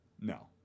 No